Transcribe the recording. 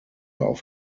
auf